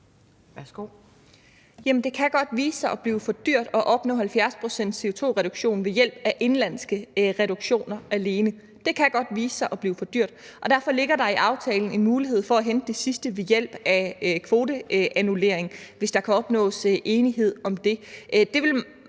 det kan godt vise sig at blive for dyrt at opnå 70-procents-CO2-reduktion alene ved hjælp af indenlandske reduktioner. Det kan godt vise sig at blive for dyrt, og derfor ligger der i aftalen en mulighed for at hente det sidste ved hjælp af kvoteannullering, hvis der kan opnås enighed om det.